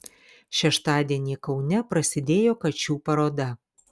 šeštadienį kaune prasidėjo kačių paroda